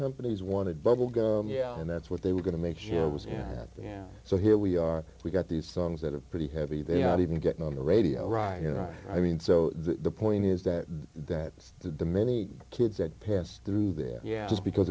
companies wanted bubble gum yeah and that's what they were going to make sure was yeah yeah so here we are we've got these songs that are pretty heavy they're not even getting on the radio right you know i mean so the point is that the many kids that pass through there yeah just because